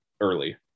early